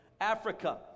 Africa